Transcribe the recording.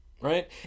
right